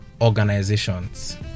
organizations